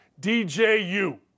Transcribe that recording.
DJU